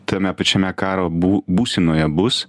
tame pačiame karo bū būsenoje bus